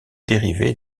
dérivés